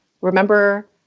remember